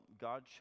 God